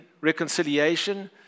reconciliation